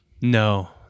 No